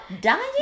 dying